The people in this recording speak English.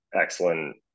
excellent